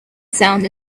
sound